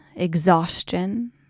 exhaustion